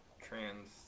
trans